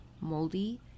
Moldy